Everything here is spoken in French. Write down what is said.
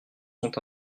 sont